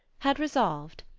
had resolved,